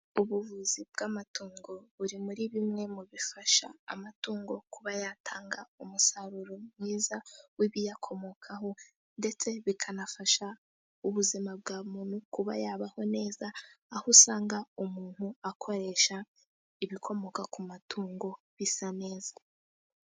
Ubuvuzi bw'amatungo buri muri bimwe mu bifasha amatungo kuba yatanga umusaruro mwiza w'ibiyakomokaho ,ndetse bikanafasha ubuzima bwa muntu kuba yabaho neza, aho usanga umuntu akoresha ibikomoka ku matungo bisa neza.